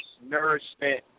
nourishment